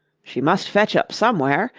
she must fetch up somewhere,